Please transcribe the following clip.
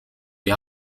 die